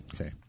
Okay